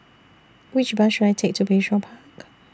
Which Bus should I Take to Bayshore Park